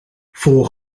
voor